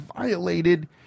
violated